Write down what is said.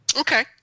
Okay